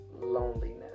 loneliness